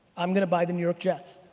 i'm gonna buy the new york jets.